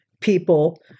people